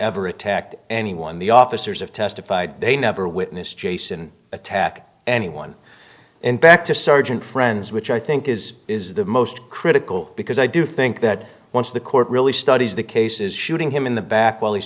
ever attacked anyone the officers have testified they never witnessed jason attack anyone in back to sergeant friends which i think is is the most critical because i do think that once the court really studies the case is shooting him in the back while he's